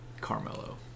Carmelo